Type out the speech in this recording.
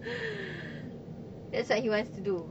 that's what he wants to do